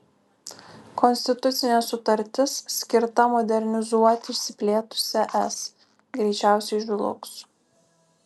konstitucinė sutartis skirta modernizuoti išsiplėtusią es greičiausiai žlugs